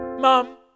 Mom